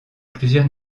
plusieurs